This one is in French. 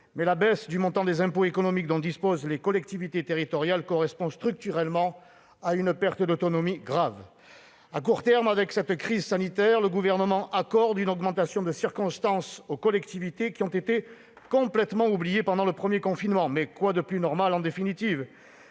mais la baisse du montant des impôts économiques dont disposent les collectivités territoriales correspond structurellement à une perte d'autonomie grave. À court terme, avec cette crise sanitaire, le Gouvernement accorde une augmentation de circonstance aux collectivités, qui ont été complètement oubliées pendant le premier confinement. Quoi de plus normal en définitive ?